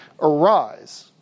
Arise